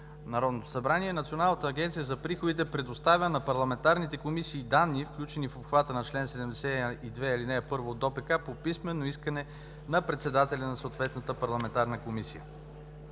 Народното събрание, Националната агенция за приходите предоставя на парламентарните комисии данни, включени в обхвата на чл. 72, ал. 1 от ДОПК, по писмено искане на председателя на съответната парламентарна комисия.